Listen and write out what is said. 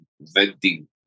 venting